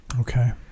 okay